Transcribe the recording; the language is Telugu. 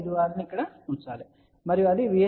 56 ను ఇక్కడ ఉంచండి మరియు అది VSWR 3